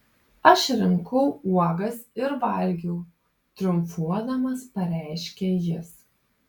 aš rinkau uogas ir valgiau triumfuodamas pareiškė jis